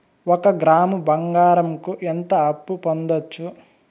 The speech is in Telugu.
ఒక గ్రాము బంగారంకు ఎంత అప్పు పొందొచ్చు